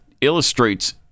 illustrates